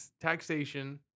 taxation